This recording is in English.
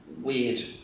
weird